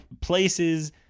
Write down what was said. places